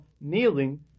kneeling